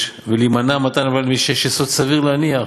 ולהימנע ממתן הלוואה למי שיש יסוד סביר להניח,